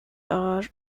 are